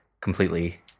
completely